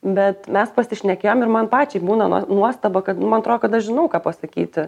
bet mes pasišnekėjom ir man pačiai būna nuostaba kad man atro kad aš žinau ką pasakyti